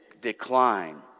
decline